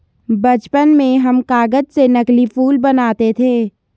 बचपन में हम कागज से नकली फूल बनाते थे